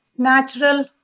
natural